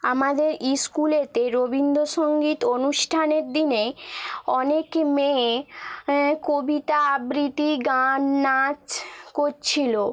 আমাদের স্কুলেতে রবীন্দ্রসঙ্গীত অনুষ্ঠানের দিনে অনেকই মেয়ে কবিতা আবৃত্তি গান নাচ করছিল